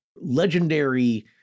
legendary